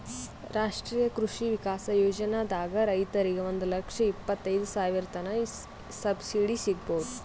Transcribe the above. ರಾಷ್ಟ್ರೀಯ ಕೃಷಿ ವಿಕಾಸ್ ಯೋಜನಾದಾಗ್ ರೈತರಿಗ್ ಒಂದ್ ಲಕ್ಷ ಇಪ್ಪತೈದ್ ಸಾವಿರತನ್ ಸಬ್ಸಿಡಿ ಸಿಗ್ಬಹುದ್